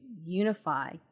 unify